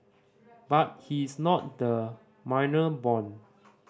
but he is not the manor born